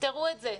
תפתרו את זה.